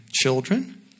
children